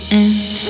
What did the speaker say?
end